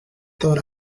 thought